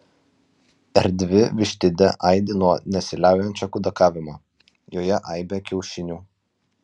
erdvi vištidė aidi nuo nesiliaujančio kudakavimo joje aibė kiaušinių